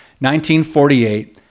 1948